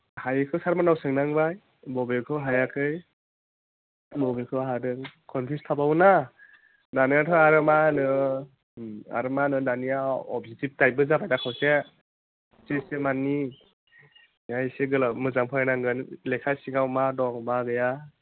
हायैखौ सार मोननाव सोंनांबाय बबेखौ हायाखै बबेखौ हादों कनफिउस थाबावोना दानियाथ' आरो मा होनो आर माहोनो दानिया अबजेक्टटिभ टाइपबो जाबाय दा खावसे सिस्टेमानि एसे गोलाव मोजां फरायनांगोन लेखा सिङाव मा दं मा गैया